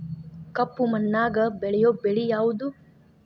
ಕಪ್ಪು ಮಣ್ಣಾಗ ಬೆಳೆಯೋ ಬೆಳಿ ಯಾವುದು?